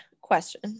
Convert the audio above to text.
question